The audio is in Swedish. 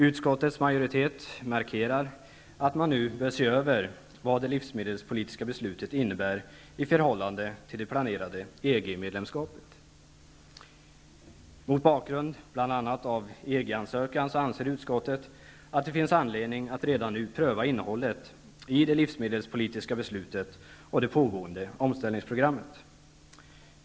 Utskottets majoritet markerar att man nu bör se över vad det livsmedelspolitiska beslutet innebär i förhållande till det planerade EG-medlemskapet. Mot bakgrund av bl.a. EG-ansökan anser utskottet att det finns anledning att redan nu pröva innehållet i det livsmedelspolitiska beslutet och det pågående omställningsprogrammet.